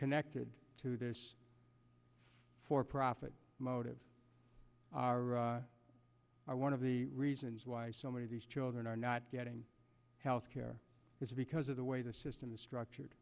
connected to the for profit motive are one of the reasons why so many of these children are not getting health care is because of the way the system is structured